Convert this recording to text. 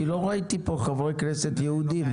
כי לא ראיתי פה חברי כנסת יהודים.